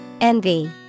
Envy